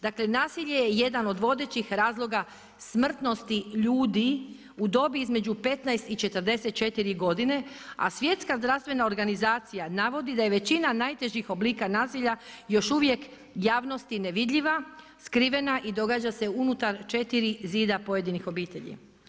Dakle, nasilje je jedan od vodećih razloga smrtnosti ljudi u dobi između 15 i 44 godine, a Svjetska zdravstvena organizacija navodi da je većina najtežih oblika nasilja još uvijek javnosti nevidljiva, skrivena i događa se unutar 4 zida pojedinih obitelji.